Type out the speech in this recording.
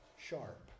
sharp